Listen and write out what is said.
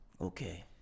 okay